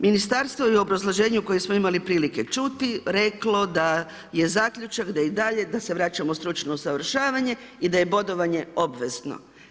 Ministarstvo je u obrazloženju koje smo imali prilike čuti reklo da je zaključak da i dalje, da se vraćamo stručnom usavršavanje i da je bodovanje obvezno.